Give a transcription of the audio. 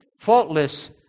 faultless